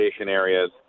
areas